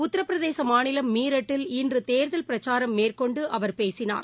உத்தரப்பிரதேச மாநிலம் மீரட்டில் இன்று தேர்தல் பிரச்சாரம் மேற்கொண்டு அவர் பேசினார்